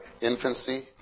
infancy